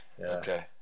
Okay